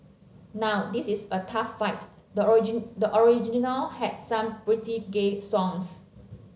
now this is a tough fight the the original had some pretty gay songs